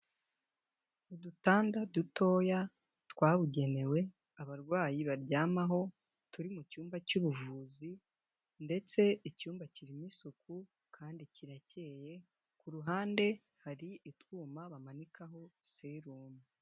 Udutanda dutoya twabugenewe abarwayi baryamaho turi mu cyumba cy'ubuvuzi ndetse icyumba kirimo isuku kandi kiracyeye, ku ruhande hari utwuma bamanika ho serumu.